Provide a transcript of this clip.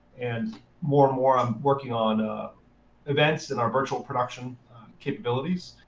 and more and more, i'm working on events, and our virtual production capabilities,